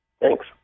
Thanks